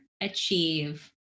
achieve